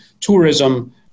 tourism